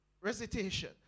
recitation